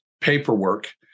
paperwork